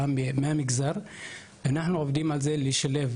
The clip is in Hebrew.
אמרתי לצוות